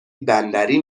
بندری